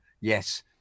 yes